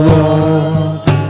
Lord